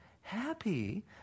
happy